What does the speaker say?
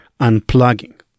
unplugging